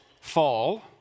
fall